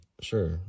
sure